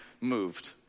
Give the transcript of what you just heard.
moved